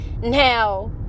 Now